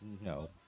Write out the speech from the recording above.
no